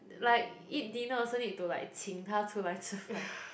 like eat dinner also need to like 请他出来吃饭